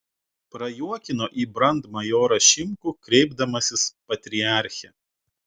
prajuokino į brandmajorą šimkų kreipdamasis patriarche